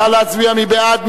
נא להצביע, מי בעד?